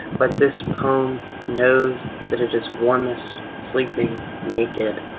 but this poem knows that it is warmest sleeping naked.